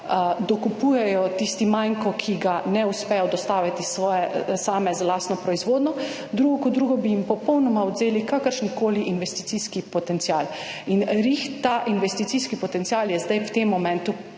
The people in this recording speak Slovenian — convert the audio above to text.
dokupujejo tisti manko, ki ga ne uspejo dostaviti svoje same z lastno proizvodnjo, drugo kot drugo bi jim popolnoma odvzeli kakršnikoli investicijski potencial in ravno(?) ta investicijski potencial je zdaj v tem momentu